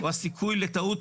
או הסיכוי לטעות,